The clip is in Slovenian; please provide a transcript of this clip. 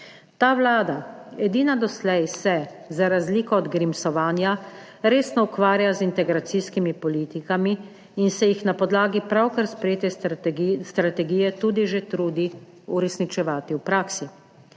Ta vlada, edina doslej, se za razliko od Grimsovanja resno ukvarja z integracijskimi politikami in se jih na podlagi pravkar sprejete strategije tudi že trudi uresničevati v praksi.